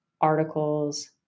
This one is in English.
articles